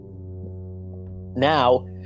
Now